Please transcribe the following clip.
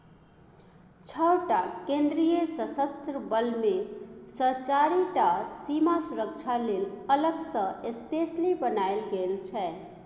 छअ टा केंद्रीय सशस्त्र बल मे सँ चारि टा सीमा सुरक्षा लेल अलग सँ स्पेसली बनाएल गेल छै